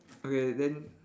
okay then